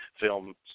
film's